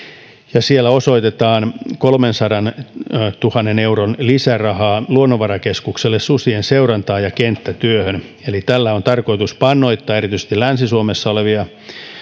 ja siellä osoitetaan kolmensadantuhannen euron lisäraha luonnonvarakeskukselle susien seurantaan ja kenttätyöhön eli tällä on tarkoitus pannoittaa erityisesti länsi suomessa olevia